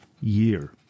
year